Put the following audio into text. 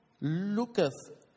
looketh